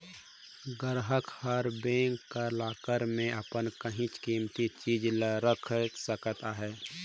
गराहक हर बेंक कर लाकर में अपन काहींच कीमती चीज ल राएख सकत अहे